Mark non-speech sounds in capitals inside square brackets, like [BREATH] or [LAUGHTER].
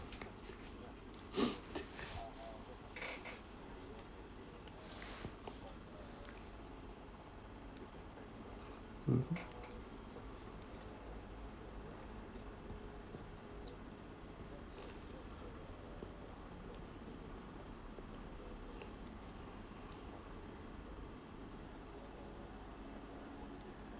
[BREATH] mm